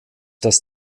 das